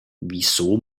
wieso